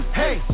hey